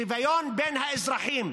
שוויון בין האזרחים.